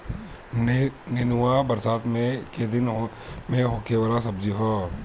नेनुआ बरसात के दिन में होखे वाला सब्जी हअ